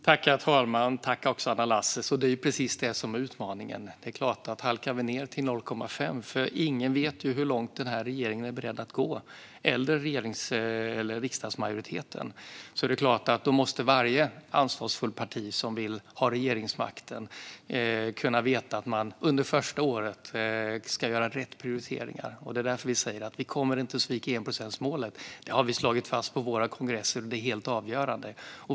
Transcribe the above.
Herr talman! Det är precis det som är utmaningen. Säg att vi halkar ned till 0,5. Ingen vet ju hur långt den här regeringen och den här riksdagsmajoriteten är beredd att gå. Då måste varje ansvarsfullt parti som vill ha regeringsmakten kunna veta att man under det första året gör rätt prioriteringar. Det är därför vi säger att vi inte kommer att svika enprocentsmålet. Det har vi slagit fast på våra kongresser, och det är helt avgörande.